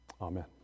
amen